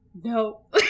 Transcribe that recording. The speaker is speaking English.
no